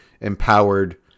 empowered